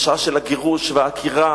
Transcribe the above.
בשעה של הגירוש והעקירה